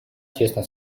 тесно